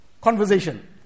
conversation